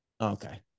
Okay